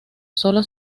solo